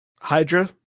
Hydra